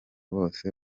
bose